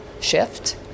shift